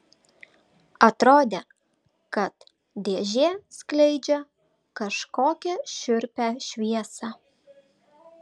atrodė kad dėžė skleidžia kažkokią šiurpią šviesą